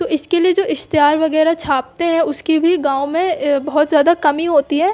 तो इसके लिए जो इश्तेहार वगैरह छापते हैं उसकी भी गाँव में बहुत ज़्यादा कमी होती है